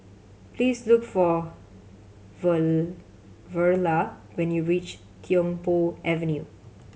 please look for for Verla when you reach Tiong Poh Avenue